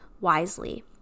wisely